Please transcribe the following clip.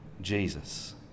Jesus